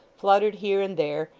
fluttered here and there,